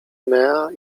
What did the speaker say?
mea